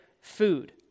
food